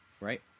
right